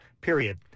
period